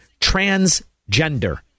Transgender